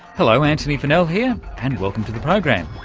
hello antony funnell here and welcome to the programme.